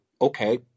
okay